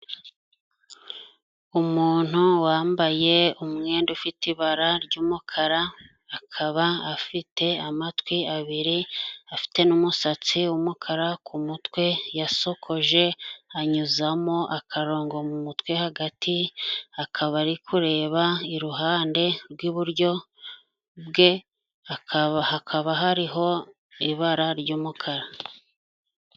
Umuntu wambaye umwenda ufite ibara ry'umukara, akaba afite amatwi abiri afite n'umusatsi wumukara, ku mutwe yasokoje anyuzamo akarongo mu mutwe hagati, akaba ari kure iruhande rw'iburyo bwe hakaba hariho ibara ry'umukara.